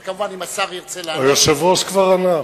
אבל כמובן, אם השר ירצה לענות, היושב-ראש כבר ענה.